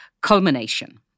culmination